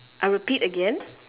I repeat again